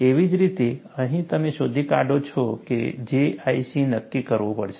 એવી જ રીતે અહીં તમે શોધી કાઢશો કે JIC નક્કી કરવું પડશે